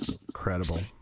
Incredible